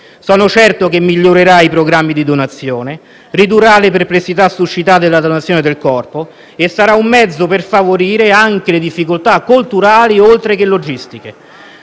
Sono certo che migliorerà i programmi di donazione, ridurrà le perplessità suscitate dalla donazione del corpo e sarà un mezzo per favorire anche il superamento delle difficoltà culturali, oltre che logistiche.